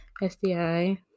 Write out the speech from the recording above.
SDI